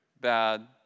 bad